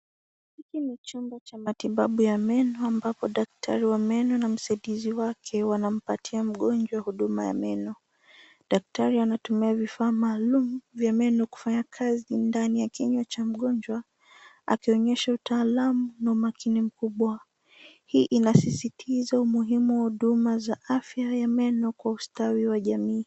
Hiki ni chumba cha matibabu ya meno ambapo daktari wa meno na msaidizi wake wanampatia mgonjwa huduma ya meno. Daktari anatumia vifaa maalum vya meno kufanya kazi ndani ya kinywa cha mgonjwa, akionyesha utaalamu na umakini mkubwa. Hii inasisitiza umuhimu wa huduma za afya ya meno kwa ustawi wa jamii.